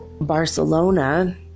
Barcelona